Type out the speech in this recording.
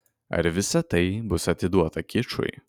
ar visa tai bus atiduota kičui